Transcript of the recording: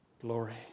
glory